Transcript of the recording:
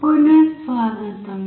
పునఃస్వాగతం